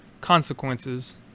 consequences